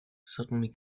suddenly